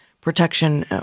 protection